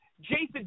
Jason